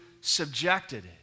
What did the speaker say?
subjected